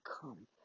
come